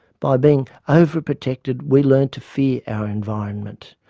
by being over protected we learn to fear our environment.